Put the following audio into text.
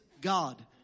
God